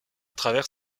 travers